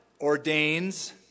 ordains